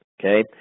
Okay